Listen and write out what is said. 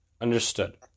Understood